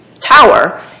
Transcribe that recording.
tower